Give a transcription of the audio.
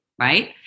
Right